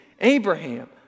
Abraham